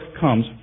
comes